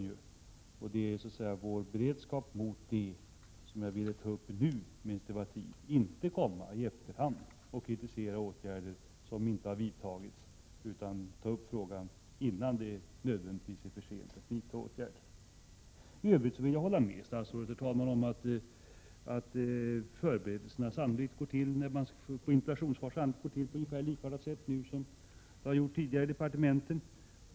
Jag ville ta upp vår beredskap inför detta nu, medan det är tid. Jag vill inte i efterhand kritisera för att åtgärder inte har vidtagits. Jag vill ta upp frågan innan det nödvändigtvis är för sent att vidta åtgärder. Herr talman! I övrigt vill jag hålla med statsrådet om att förberedelserna inför interpellationssvar sannolikt går till på ungefär likartat sätt nu som de har gjort tidigare i departementen.